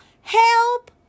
help